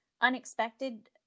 unexpected